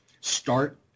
start